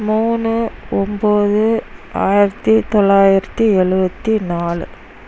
மூணு ஒம்பது ஆயிரத்து தொள்ளாயிரத்து எழுவத்தி நாலு